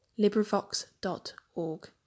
LibriVox.org